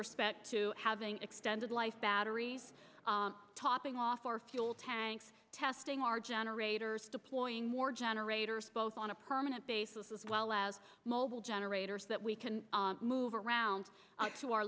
respect to having extended life battery topping off our fuel tanks testing our generators deploying more generators both on a permanent basis as well as mobile generators that we can move around to our